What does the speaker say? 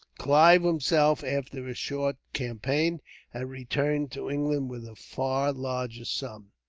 clive himself, after his short campaign, had returned to england with a far larger sum.